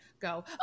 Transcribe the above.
go